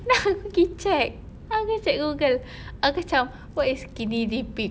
then aku pergi check then aku check google aku macam what is skinny dipping